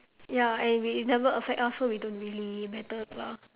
ya and we it never affect us so we don't really matters lah